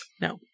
No